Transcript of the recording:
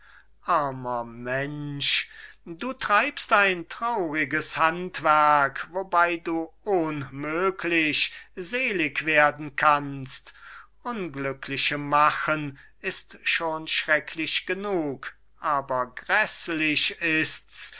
armer mensch du treibst ein trauriges handwerk wobei du unmöglich selig werden kannst unglückliche machen ist schon schrecklich genug aber gräßlich ist's